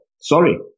Sorry